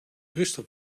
rustig